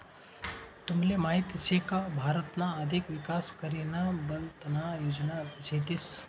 तुमले माहीत शे का भारतना अधिक विकास करीना बलतना योजना शेतीस